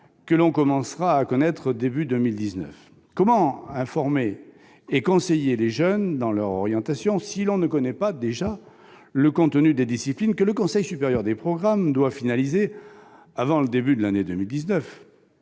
que l'on commencera à connaître au début de l'année 2019 ... Comment informer et conseiller les jeunes dans leur orientation si l'on ne connaît pas déjà le contenu des disciplines que le Conseil supérieur des programmes doit finaliser avant le début de l'année 2019,